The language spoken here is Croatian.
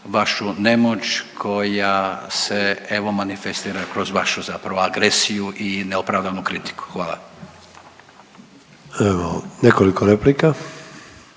vašu nemoć koja se evo manifestira kroz vašu zapravo agresiju i neopravdanu kritiku. Hvala. **Sanader,